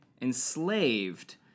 enslaved